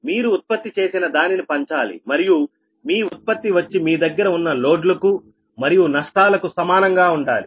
మీరు ఉత్పత్తి చేసిన దానిని పంచాలి మరియు మీ ఉత్పత్తి వచ్చి మీ దగ్గర ఉన్నలోడ్లు కు మరియు నష్టాలకు సమానం గా ఉండాలి